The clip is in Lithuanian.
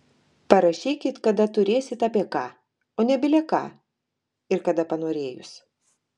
parašykit kada turėsit apie ką o ne bile ką ir kada panorėjus